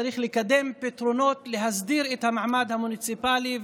צריך לקדם פתרונות להסדיר את המעמד המוניציפלי,